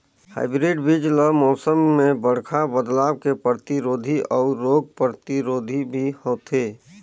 hybrid बीज ल मौसम में बड़खा बदलाव के प्रतिरोधी अऊ रोग प्रतिरोधी भी होथे